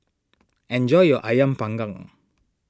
enjoy your Ayam Panggang